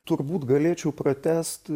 turbūt galėčiau pratęst